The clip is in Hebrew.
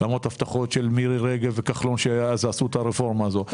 למרות הבטחות של מירי רגב ומשה כחלון שאז עשו את הרפורמה הזאת,